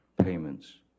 payments